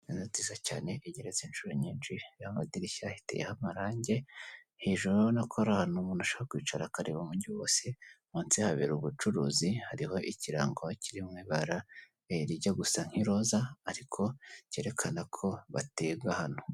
Inzu nziza cyane igeretse inshuro nyinshi, iriho amadirishya, iteyeho amarange, hejuru urabona ko ari ahantu umuntu ushobora kwicara akareba umujyi wose, munsi habera ubucuruzi, hariho ikirango kiri mu ibara rijya gusa n'iroza ariko cyerekana ko batekaga hano.